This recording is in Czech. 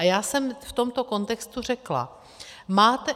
Já jsem v tomto kontextu řekla: máte...